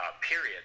period